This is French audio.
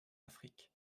afrique